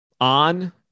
on